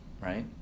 right